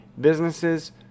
businesses